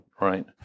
right